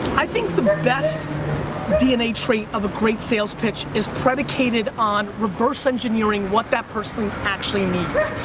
i think the best dna trait of a great sales pitch is predicated on reverse-engineering what that person actually needs.